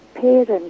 parents